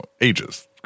ages